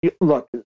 look